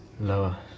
Lower